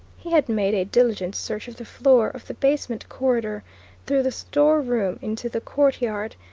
he had made a diligent search of the floor of the basement corridor through the store-room into the courtyard,